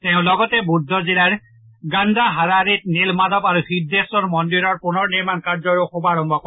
তেওঁ লগতে বুদ্ধ জিলাৰ গন্ধাহাড়াৰীত নীলমাধৱ আৰু সিদ্ধেশ্বৰ মন্দিৰৰ পুনৰ নিৰ্মাণ কাৰ্যৰো শুভাৰম্ভ কৰে